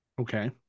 Okay